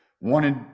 wanted